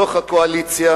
בתוך הקואליציה,